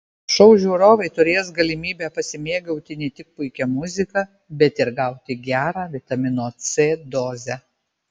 šou žiūrovai turės galimybę pasimėgauti ne tik puikia muzika bet ir gauti gerą vitamino c dozę